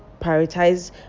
prioritize